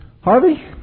Harvey